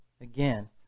again